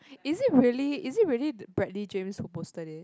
is it really is it really Bradley James who posted it